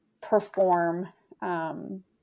perform